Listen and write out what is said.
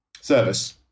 service